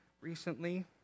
recently